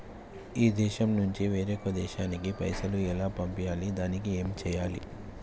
ఈ దేశం నుంచి వేరొక దేశానికి పైసలు ఎలా పంపియ్యాలి? దానికి ఏం చేయాలి?